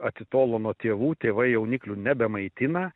atitolo nuo tėvų tėvai jauniklių nebemaitina